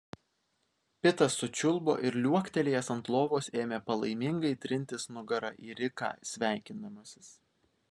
pitas sučiulbo ir liuoktelėjęs ant lovos ėmė palaimingai trintis nugara į riką sveikindamasis